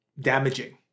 damaging